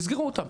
תסגרו אותם.